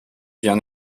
young